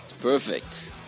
perfect